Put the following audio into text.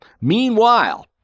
Meanwhile